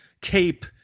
cape